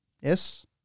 Yes